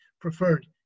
preferred